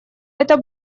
это